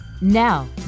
Now